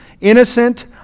innocent